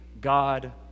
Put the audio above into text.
God